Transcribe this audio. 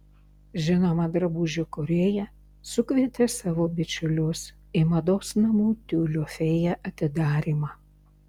žinoma drabužių kūrėja sukvietė savo bičiulius į mados namų tiulio fėja atidarymą